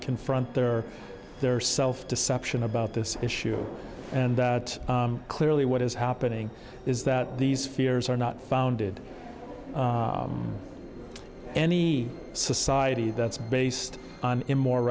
confront their their self deception about this issue and that clearly what is happening is that these fears are not founded any society that's based on a more